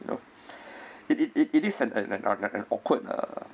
you know it it it it is an an an awkward uh